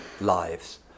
lives